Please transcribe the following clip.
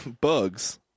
bugs